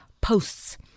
posts